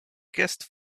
guest